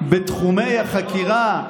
בתחומי החקירה,